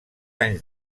anys